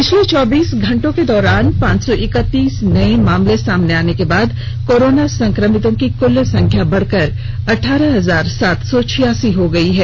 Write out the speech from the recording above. पिछले चौबीस घंटे के दौरान पांच सौ इकतीस नए मामले सामने आने के बाद कोरोना संक्रमितों की कुल संख्या बढ़कर अठारह हजार सात सौ छियासी हो गई है